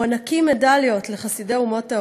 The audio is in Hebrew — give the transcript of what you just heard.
מוענקות מדליות לחסידי אומות העולם,